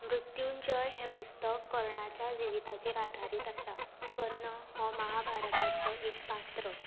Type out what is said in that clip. मृत्यूंजय हे पुस्तक कर्णाच्या जिवीताचेर आदारीत आसा कर्ण हो महाभारतांतलो एक पात्र